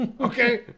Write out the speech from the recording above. Okay